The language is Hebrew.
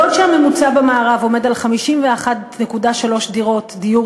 בעוד שהממוצע במערב הוא 51.3 דירות דיור